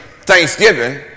Thanksgiving